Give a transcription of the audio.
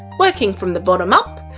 working from the bottom up,